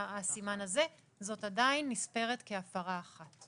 זאת עדיין נספרת כהפרה אחת.